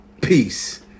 Peace